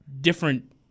different